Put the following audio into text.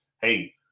hey